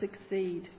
succeed